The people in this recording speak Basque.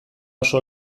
oso